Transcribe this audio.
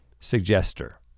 Suggester